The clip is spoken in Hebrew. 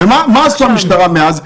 מה עשו המשטרה מאז?